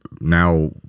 now